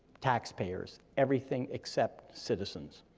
tax payers, everything except citizens.